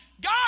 God